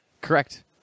Correct